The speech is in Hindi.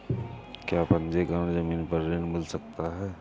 क्या पंजीकरण ज़मीन पर ऋण मिल सकता है?